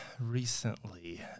recently